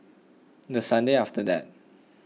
the Sunday after that